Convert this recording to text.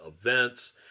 events